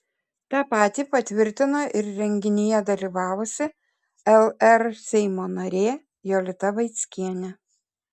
tą patį patvirtino ir renginyje dalyvavusi lr seimo narė jolita vaickienė